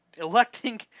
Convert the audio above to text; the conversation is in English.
Electing